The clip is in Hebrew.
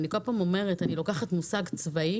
אני לוקחת מושג צבאי